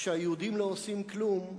כשהיהודים לא עושים כלום,